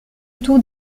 autour